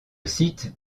site